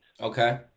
Okay